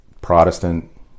Protestant